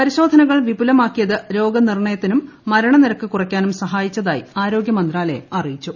പരിശോധനകൾ വിപുലമാക്കിയത് രോഗനിർണ്ണയത്തിനും മരണ നിരക്ക് കുറയ്ക്കാനും സഹായിച്ചതായി ആരോഗൃമന്ത്രാലയം അറിയിച്ചു